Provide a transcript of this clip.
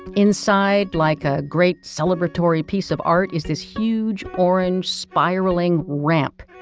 inside, like a great celebratory piece of art, is this huge, orange, spiraling, ramp.